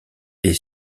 est